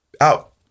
out